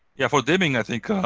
yeah, for deming i think